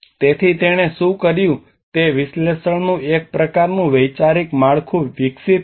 તેથી તેણે શું કર્યું તે વિશ્લેષણનું એક પ્રકારનું વૈચારિક માળખું વિકસિત કર્યું